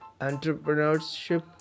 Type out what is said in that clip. entrepreneurship